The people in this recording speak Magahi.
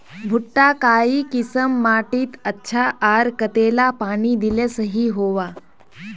भुट्टा काई किसम माटित अच्छा, आर कतेला पानी दिले सही होवा?